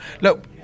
Look